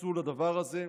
הוקצו לדבר הזה.